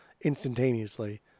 instantaneously